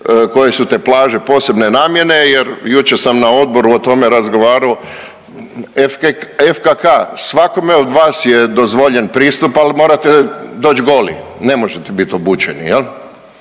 koje su te plaže posebne namjene jer jučer sam na odboru o tome razgovarao, FKK-a svakome od vas je dozvoljen pristup al morate doć goli, ne možete bit obučeni jel.